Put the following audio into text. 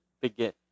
begin